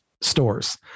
stores